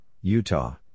Utah